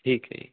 ਠੀਕ ਹੈ ਜੀ